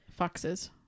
foxes